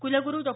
कुलगुरू डॉ